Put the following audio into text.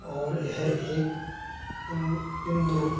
और यह एक इंदु